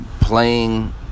playing